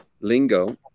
lingo